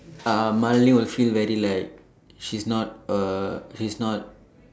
uh Malene will feel very like she's not a she's not